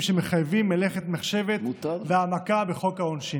שמחייבים מלאכת מחשבת והעמקה בחוק העונשין.